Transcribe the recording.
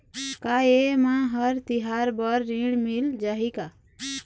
का ये मा हर तिहार बर ऋण मिल जाही का?